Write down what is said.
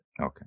Okay